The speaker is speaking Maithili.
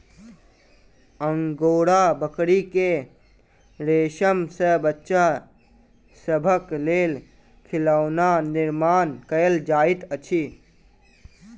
अंगोरा बकरी के रेशम सॅ बच्चा सभक लेल खिलौना निर्माण कयल जाइत अछि